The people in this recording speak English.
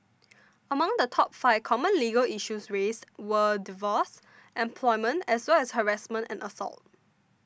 among the top five common legal issues raised were divorce employment as well as harassment and assault